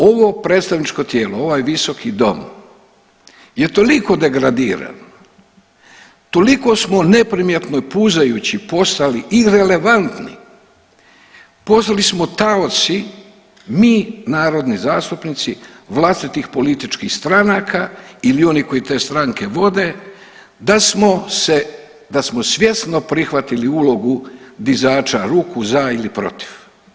Ovo predstavničko tijelo, ovaj visoki dom je toliko degradiran, toliko smo neprimjetno i puzajući postali irelevantni, postali smo taoci, mi narodni zastupnici vlastitih političkih stranaka ili onih koji te stranke vode da smo se, da smo svjesno prihvatili ulogu dizača ruku za ili protiv.